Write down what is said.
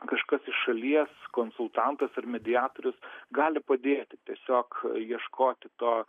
kažkas iš šalies konsultantas ar mediatorius gali padėti tiesiog ieškoti to